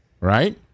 Right